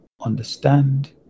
understand